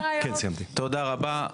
תודה רבה.